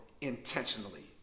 intentionally